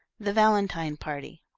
the valentine party.